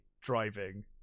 driving